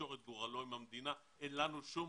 לקשור את גורלו עם המדינה, אין לנו שום